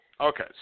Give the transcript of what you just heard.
okay